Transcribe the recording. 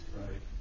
right